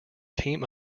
team